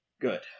Good